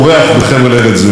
ארכיאולוגים שלנו,